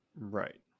Right